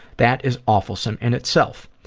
that is awfulsome in itself.